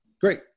Great